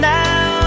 now